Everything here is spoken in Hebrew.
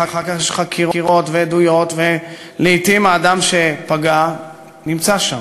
ואחר כך יש חקירות ועדויות ולעתים האדם שפגע נמצא שם.